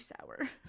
sour